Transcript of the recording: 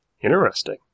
interesting